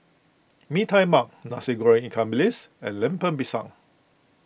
Mee Tai Mak Nasi Goreng Ikan Bilis and Lemper Pisang